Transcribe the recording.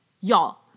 Y'all